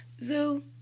Zoo